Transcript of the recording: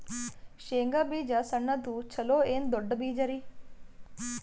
ಶೇಂಗಾ ಬೀಜ ಸಣ್ಣದು ಚಲೋ ಏನ್ ದೊಡ್ಡ ಬೀಜರಿ?